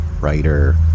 writer